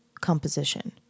composition